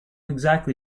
exactly